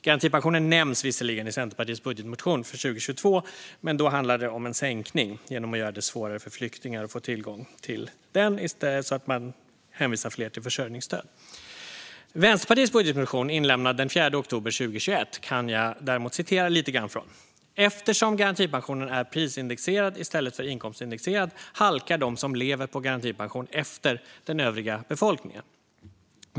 Garantipensioner nämns visserligen i Centerpartiets budgetmotion för 2022, men då handlar det om en sänkning genom att göra det svårare för flyktingar att få tillgång till garantipensionen, så att fler i stället hänvisas till försörjningsstöd. Vänsterpartiets budgetmotion, inlämnad den 4 oktober 2021, kan jag däremot citera lite grann från. "Eftersom garantipensionen är prisindexerad i stället för inkomstindexerad halkar de som lever på garantipension efter den övriga befolkningen.